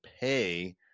pay